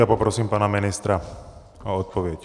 A poprosím pana ministra o odpověď.